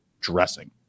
dressing